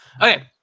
Okay